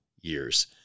years